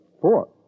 Four